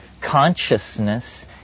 Consciousness